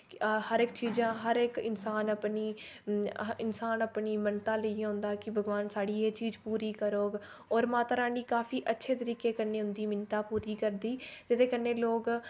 हर इक चीजां हर इक इंसान अपनी इंसान अपनी मन्नतां लेइयै औंदा कि भगवान साढ़ी एह् चीज पूरी करो और माता रानी काफी अच्छे तरीके कन्नै उंदी मिन्नतां पूरी करदी जेह्दे कन्नै लोग